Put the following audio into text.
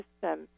system